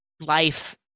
life